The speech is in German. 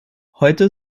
heute